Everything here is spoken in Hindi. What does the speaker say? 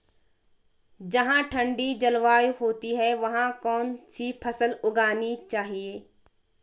जहाँ ठंडी जलवायु होती है वहाँ कौन सी फसल उगानी चाहिये?